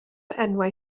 enwau